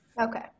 Okay